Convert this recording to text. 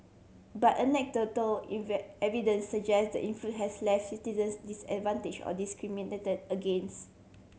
but anecdotal evidence suggest the influx has left citizens disadvantage or discriminated against